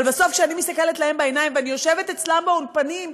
אבל בסוף כשאני מסתכלת להם בעיניים ואני יושבת אצלם באולפנים,